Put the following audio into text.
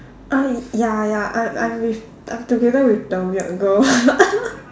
uh ya ya I'm I'm with I'm together with the weird girl